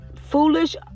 foolish